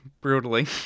brutally